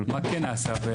מה כן נעשה?